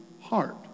heart